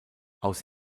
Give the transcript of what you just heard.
aus